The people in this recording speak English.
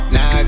Now